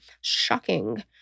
Shocking